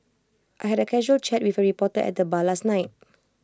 I had A casual chat with A reporter at the bar last night